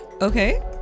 Okay